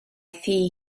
thŷ